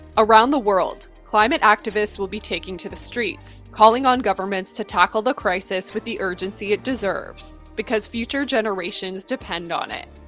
around the world, climate activists will be taking to the streets, calling on governments to tackle the crisis with the urgency it deserves, because future generations depend on it,